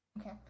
Okay